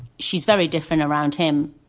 she's very different around him.